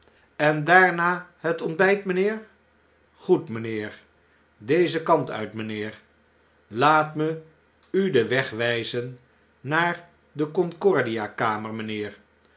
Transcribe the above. en daarna het ontbn't mynheer goed mijnheer dezen kant uit mynheer laat me uden weg wpen naar de